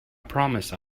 promise